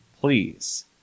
please